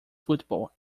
football